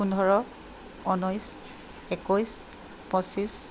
পোন্ধৰ ঊনৈছ একৈছ পঁচিছ